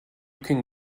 can